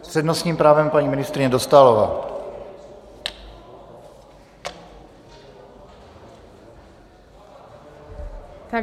S přednostním právem paní ministryně Dostálová.